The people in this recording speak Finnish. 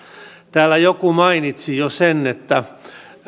täällä joku mainitsi jo sen että